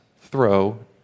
throw